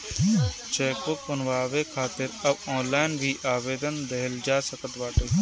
chequebook बनवावे खातिर अब ऑनलाइन भी आवेदन देहल जा सकत बाटे